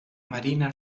marina